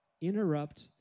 interrupt